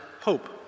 hope